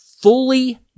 fully